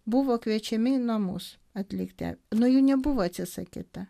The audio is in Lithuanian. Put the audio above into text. buvo kviečiami į namus atlikti nuo jų nebuvo atsisakyta